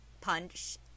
punch